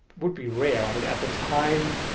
would be rare, i mean at the time.